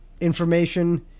information